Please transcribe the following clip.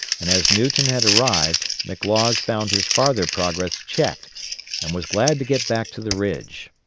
and as newton had arrived, mclaws found his farther progress checked and was glad to get back to the ridge.